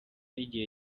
y’igihe